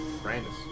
Brandis